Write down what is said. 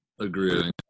agree